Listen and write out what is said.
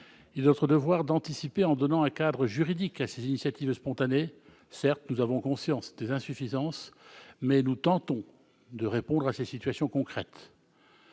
il est de notre devoir d'anticiper en donnant un cadre juridique à ces initiatives spontanées. Certes, nous avons conscience des insuffisances des dispositifs, mais nous tentons de répondre à des situations concrètes.